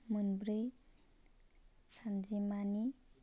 मोनब्रै सानजिमानि